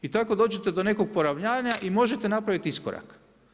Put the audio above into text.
I tako dođete do nekog poravnanja i možete napraviti iskorak.